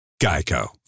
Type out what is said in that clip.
Geico